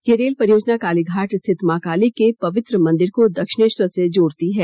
यह रेल परियोजना कालीघाट स्थित मां काली के पवित्र मंदिर को दक्षिणेश्वर से जोड़ती है